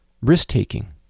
risk-taking